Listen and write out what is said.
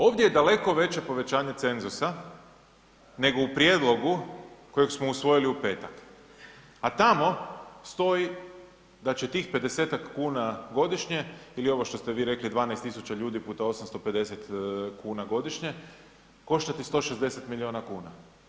Ovdje je daleko veće povećanje cenzusa nego u prijedlogu kojeg smo usvojili u petak, a tamo stoji da će tih 50-tak kuna godišnje ili ovo što ste vi rekli 12.000 ljudi puta 850 kuna godišnje koštati 160 miliona kuna.